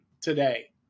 today